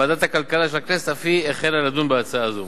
ועדת הכלכלה של הכנסת אף היא החלה לדון בהצעה הזו.